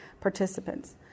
participants